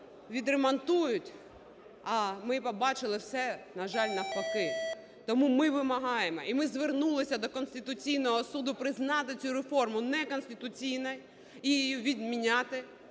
відремонтують, а ми побачили – все, на жаль, навпаки. Тому ми вимагаємо і ми звернулися до Конституційного Суду признати цю реформу неконституційною, її відміняти.